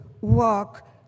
walk